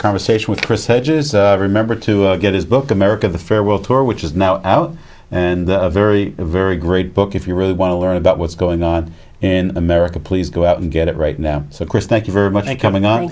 conversation with chris hedges remember to get his book america the farewell tour which is now out and a very very great book if you really want to learn about what's going on in america please go out and get it right now so chris thank you very much and coming o